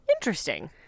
Interesting